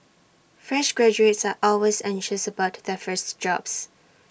fresh graduates are always anxious about their first job